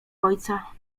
ojca